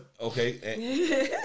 okay